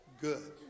good